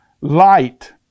light